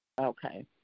Okay